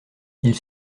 ils